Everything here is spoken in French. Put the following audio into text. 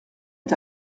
est